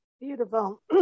Beautiful